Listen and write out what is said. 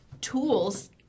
tools